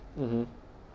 mmhmm